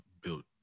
built